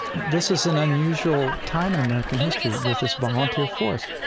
this is an unusual time in american history, with this volunteer force.